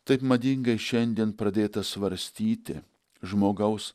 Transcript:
taip madingai šiandien pradėta svarstyti žmogaus